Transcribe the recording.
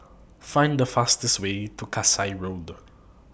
Find The fastest Way to Kasai Road